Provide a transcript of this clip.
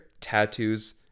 tattoos